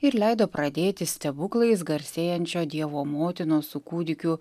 ir leido pradėti stebuklais garsėjančio dievo motinos su kūdikiu